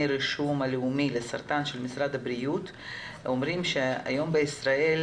הרישום הלאומי לסרטן של משרד הבריאות אומרים שהיום בישראל